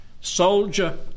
Soldier